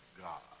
God